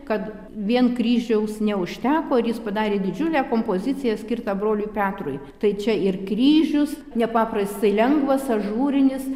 kad vien kryžiaus neužteko ir jis padarė didžiulę kompoziciją skirtą broliui petrui tai čia ir kryžius nepaprastai lengvas ažūrinis